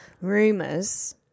rumors